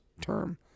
term